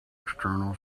external